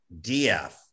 DF